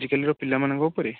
ଆଜିକାଲିର ପିଲାମାନଙ୍କ ଉପରେ